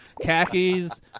Khakis